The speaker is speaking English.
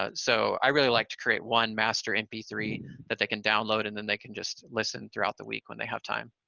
ah so i really like to create one master m p three that they can download, and then they can just listen throughout the week when they have time.